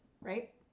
right